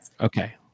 Okay